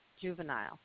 juvenile